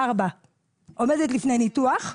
עומדת לפני ניתוח,